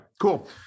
Cool